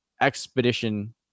Expedition